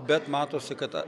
bet matosi kad